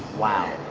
wow.